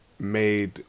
made